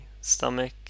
stomach